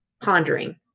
pondering